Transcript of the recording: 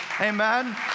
Amen